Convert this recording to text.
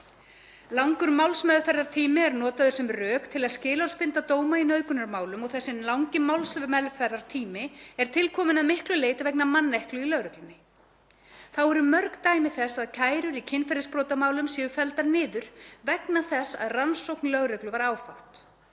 Langur málsmeðferðartími er notaður sem rök til að skilorðsbinda dóma í nauðgunarmálum og þessi langi málsmeðferðartími er til kominn að miklu leyti vegna manneklu í lögreglunni. Þá eru mörg dæmi þess að kærur í kynferðisbrotamálum séu felldar niður vegna þess að rannsókn lögreglu var áfátt.